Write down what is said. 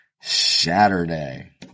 Saturday